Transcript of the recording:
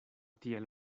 tiel